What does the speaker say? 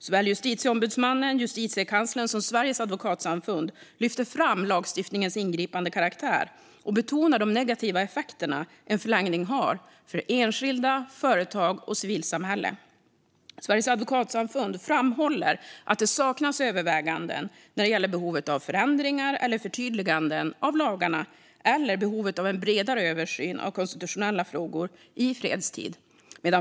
Såväl Justitieombudsmannen och Justitiekanslern som Sveriges advokatsamfund lyfter fram lagstiftningens ingripande karaktär och betonar de negativa effekter en förlängning har för enskilda, företag och civilsamhälle. Sveriges advokatsamfund framhåller att det saknas överväganden när det gäller behovet av förändringar eller förtydliganden av lagarna och behovet av en bredare översyn av konstitutionella frågor i fredstid.